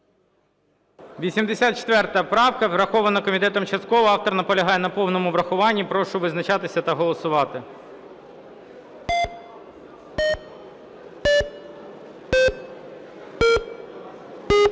84 правка. Врахована комітетом частково. Автор наполягає на повному врахуванні. Прошу визначатися та голосувати.